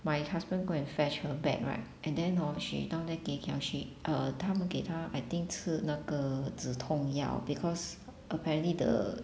my husband go and fetch her bag right and then hor she down there gei kiang she uh 他们给她 I think 吃那个止痛药 because apparently the